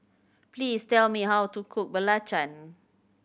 please tell me how to cook belacan